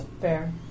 fair